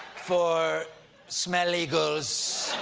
for smell-legals.